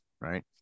right